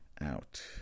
out